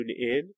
TuneIn